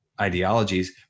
ideologies